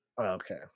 Okay